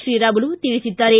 ಶ್ರೀರಾಮುಲು ತಿಳಿಸಿದ್ದಾರೆ